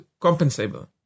compensable